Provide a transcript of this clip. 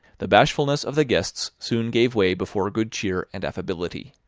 the bashfulness of the guests soon gave way before good cheer and affability.